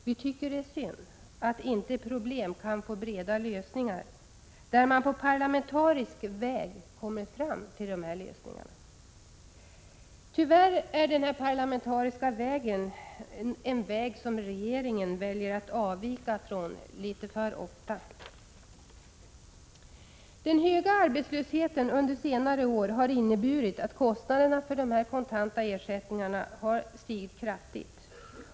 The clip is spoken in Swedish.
Vi tycker att det är synd att man inte på parlamentarisk väg kan arbeta fram lösningar. Tyvärr väljer regeringen att avvika från den parlamentariska vägen litet för ofta. Den höga arbetslösheten under senare år har inneburit att kostnaderna för de kontanta ersättningarna har stigit kraftigt.